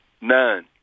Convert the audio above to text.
None